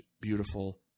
beautiful